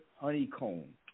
honeycomb